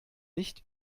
nicht